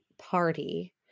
party